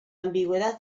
ambigüedad